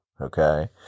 Okay